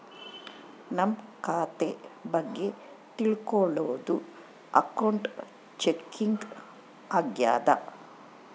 ನಮ್ ಖಾತೆ ಬಗ್ಗೆ ತಿಲ್ಕೊಳೋದು ಅಕೌಂಟ್ ಚೆಕಿಂಗ್ ಆಗ್ಯಾದ